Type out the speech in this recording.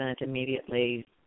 immediately